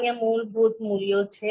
અન્ય મૂળભૂત મૂલ્યો છે